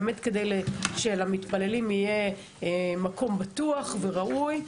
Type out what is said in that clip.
כדי שלמתפללים יהיה מקום בטוח וראוי,